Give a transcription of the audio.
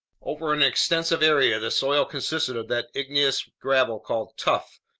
over an extensive area, the soil consisted of that igneous gravel called tuff,